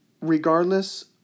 regardless